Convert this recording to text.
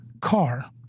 car